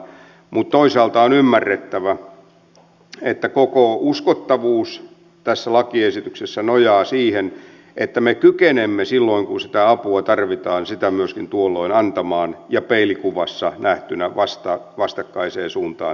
mutta toisaalta on ymmärrettävä että koko uskottavuus tässä lakiesityksessä nojaa siihen että me kykenemme silloin kun apua tarvitaan sitä myöskin tuolloin antamaan ja tietysti myöskin peilikuvassa nähtynä vastakkaiseen suuntaan